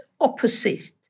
opposite